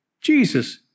Jesus